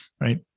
right